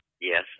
Yes